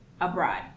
abroad